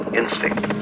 instinct